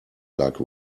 like